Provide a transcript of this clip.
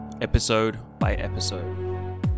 episode-by-episode